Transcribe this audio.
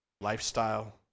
lifestyle